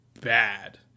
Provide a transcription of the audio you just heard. bad